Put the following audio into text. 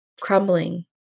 crumbling